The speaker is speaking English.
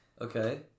Okay